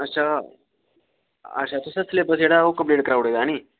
अच्छा अच्छा तुसें सलेबस जेह्ड़ा ऐ ओह् कम्पलीट कराई ओड़े दा हैनी